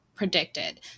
predicted